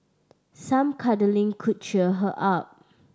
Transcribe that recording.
some cuddling could cheer her up